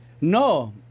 No